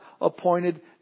appointed